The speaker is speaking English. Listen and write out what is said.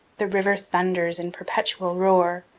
the river thunders in perpetual roar,